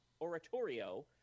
oratorio